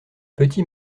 petit